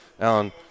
Alan